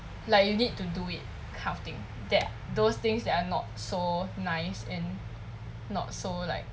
like you need to do it kind of thing that those things that are not so nice and not so like